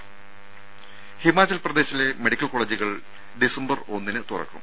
രംഭ ഹിമാചൽ പ്രദേശിലെ മെഡിക്കൽ കോളജുകൾ ഡിസംബർ ഒന്നിന് തുറക്കും